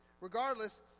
regardless